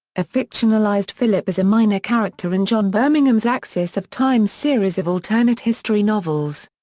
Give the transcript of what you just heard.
a fictionalised philip is a minor character in john birmingham's axis of time series of alternate history novels.